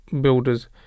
builders